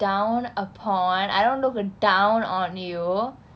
deanna looked down upon I don't look down on you